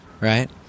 right